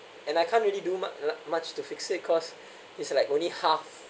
and I can't really do mu~ la~ much to fix it cause it's like only half